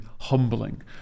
humbling